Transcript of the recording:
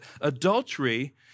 adultery